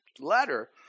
letter